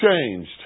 changed